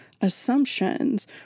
assumptions